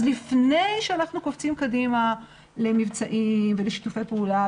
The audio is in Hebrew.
אז לפני שנחנו קופצים קדימה למבצעים ולשיתופי פעולה,